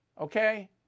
Okay